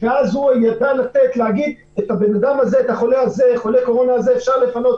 והוא ידע להגיד אם את החולה הזה אפשר לפנות